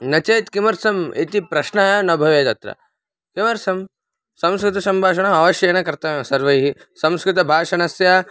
नो चेत् किमर्थम् इति प्रश्नः एव न भवेत् अत्र किमर्थं संस्कृतसम्भाषणम् अवश्यमेव कर्तव्यं सर्वैः संस्कृतभाषणस्य